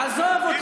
הבעיה בבאר שבע,